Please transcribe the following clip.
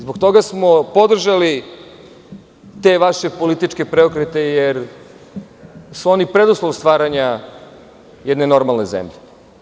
Zbog toga smo podržali te vaše političke preokrete, jer su oni preduslov stvaranja jedne normalne zemlje.